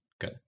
Good